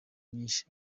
nyinshi